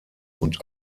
und